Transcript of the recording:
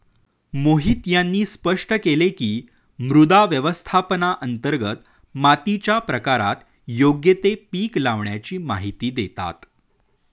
मोहित यांनी स्पष्ट केले की, मृदा व्यवस्थापनांतर्गत मातीच्या प्रकारात योग्य ते पीक लावाण्याची माहिती देतात